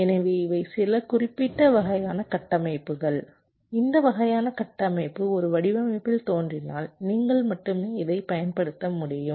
எனவே இவை சில குறிப்பிட்ட வகையான கட்டமைப்புகள் இந்த வகையான கட்டமைப்பு ஒரு வடிவமைப்பில் தோன்றினால் நீங்கள் மட்டுமே இதைப் பயன்படுத்த முடியும்